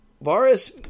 Varus